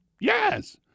Yes